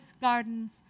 gardens